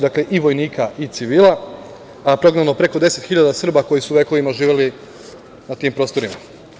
Dakle, i vojnika i civila, a prognano preko 10.000 Srba koji su vekovima živeli na tim prostorima.